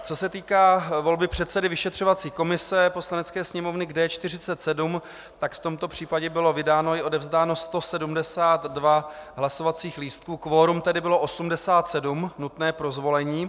Co se týká volby předsedy vyšetřovací komise Poslanecké sněmovny, kde je 47, tak v tomto případě bylo vydáno i odevzdáno 172 hlasovacích lístků, kvorum tedy bylo 87, nutné pro zvolení.